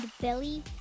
Billy